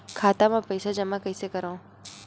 खाता म पईसा जमा कइसे करव?